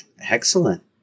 Excellent